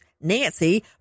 nancy